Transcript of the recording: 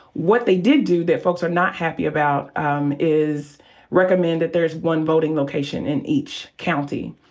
what they did do that folks are not happy about um is recommend that there is one voting location in each county.